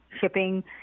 shipping